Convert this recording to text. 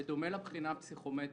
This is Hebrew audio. -- הפסיכומטרית.